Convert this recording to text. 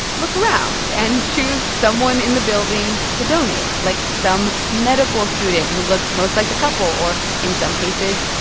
look around and choose someone in the building to donate like, some medical student who looked most like the couple or, in some cases,